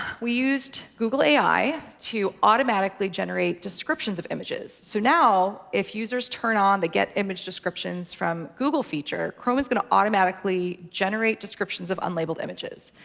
we used google ai to automatically generate descriptions of images. so now if users turn on the get image descriptions from google feature, chrome is going to automatically generate descriptions of unlabeled images.